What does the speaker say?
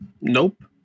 Nope